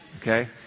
Okay